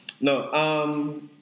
No